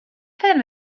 film